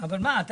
זה מה שהיה,